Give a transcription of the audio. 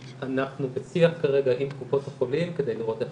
אנחנו בשיח כרגע עם קופות החולים כדי לראות איך